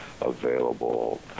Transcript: available